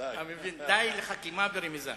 די לחכימא ברמיזא.